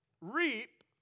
reap